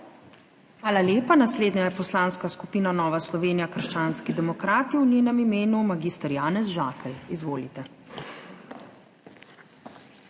Hvala lepa. Naslednja je Poslanska skupina Nova Slovenija – krščanski demokrati, v njenem imenu mag. Janez Žakelj. Izvolite.